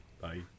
Bye